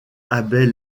abel